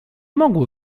mogły